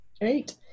Great